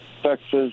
Texas